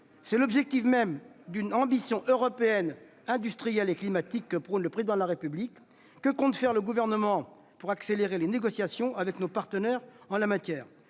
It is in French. C'est l'objectif même de l'ambition européenne industrielle et climatique prônée par le Président de la République. Que compte faire le Gouvernement pour accélérer les négociations avec nos partenaires en la matière ?